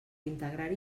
integrar